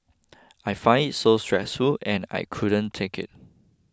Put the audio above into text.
I found it so stressful and I couldn't take it